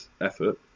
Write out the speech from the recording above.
effort